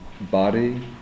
body